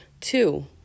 Two